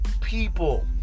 people